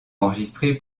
enregistré